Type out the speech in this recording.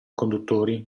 conduttori